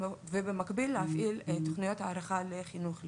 במקביל צריך להפעיל תוכניות הערכה לחינוך לבריאות.